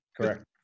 correct